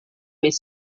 les